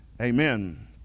Amen